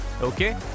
Okay